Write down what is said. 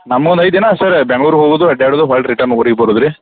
ನಮಗೆ ಒಂದು ಐದು ದಿನ ಅಷ್ಟೇ ರೀ ಬೆಂಗ್ಳೂರಿಗೆ ಹೋಗೋದು ಅಡ್ಯಾಡೋದು ಹೊಳ್ಳಿ ರಿಟನ್ ಊರಿಗೆ ಬರೋದ್ ರೀ